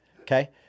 okay